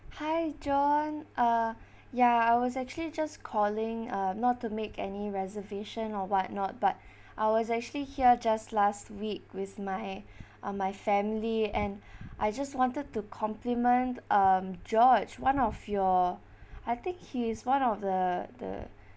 hi john ah ya I was actually just calling uh not to make any reservation or what not but I was actually here just last week with my ah my family and I just wanted to compliment um george one of your I think he is one of the the